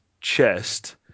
chest